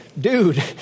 dude